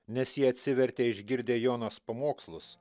nes ji atsivertė išgirdę jonos pamokslus